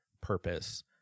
purpose